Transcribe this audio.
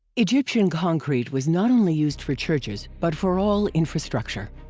egyptian concrete was not only used for churches, but for all infrastructure.